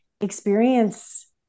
experience